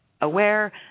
aware